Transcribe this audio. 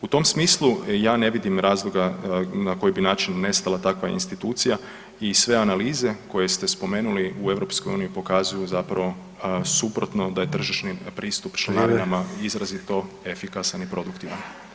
U tom smislu ja ne vidim razloga na koji bi način nestala takva institucija i sve analize koje ste spomenuli u EU pokazuju zapravo suprotno da je tržišni pristup [[Upadica Sanader: Vrijeme.]] članarinama izrazito efikasan i produktivan.